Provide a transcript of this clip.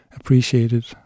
appreciated